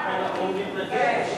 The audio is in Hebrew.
הוא מתנגד או,